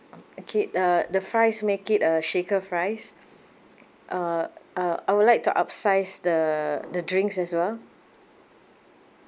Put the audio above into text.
okay uh the fries make it a shaker fries uh uh I would like to upsize the the drinks as well